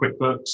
QuickBooks